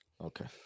Okay